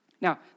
Now